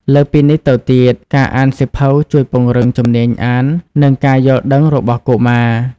លើសពីនេះទៅទៀតការអានសៀវភៅជួយពង្រឹងជំនាញអាន និងការយល់ដឹងរបស់កុមារ។